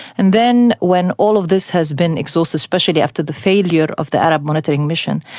and then when all of this has been exhausted, especially after the failure of the arab monitoring mission,